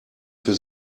für